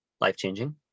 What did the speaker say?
life-changing